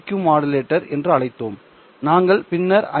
Q modulator என்று அழைத்தோம் நாங்கள் பின்னர் ஐ